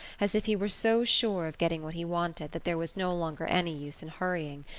as if he were so sure of getting what he wanted that there was no longer any use in hurrying,